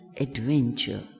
adventure